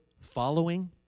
following